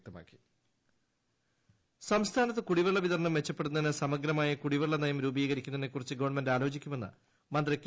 കൃഷ്ണൻ കുട്ടി സംസ്ഥാനത്ത് കുടിവെള്ള വിതരണം മെച്ചപ്പെടുത്തുന്നതിന് സമഗ്രമായ കുടിവെള്ള നയം രൂപീകരിക്കുന്നതിനെക്കുറിച്ച് ഗവൺമെന്റ് ആലോചിക്കുമെന്ന് മന്ത്രി കെ